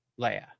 Leia